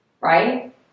right